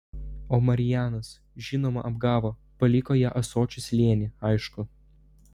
o marijanas žinoma apgavo paliko ją ąsočių slėny aišku